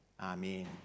Amen